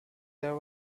there